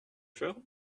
faire